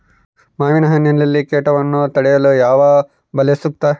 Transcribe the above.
ಮಾವಿನಹಣ್ಣಿನಲ್ಲಿ ಕೇಟವನ್ನು ತಡೆಗಟ್ಟಲು ಯಾವ ಬಲೆ ಸೂಕ್ತ?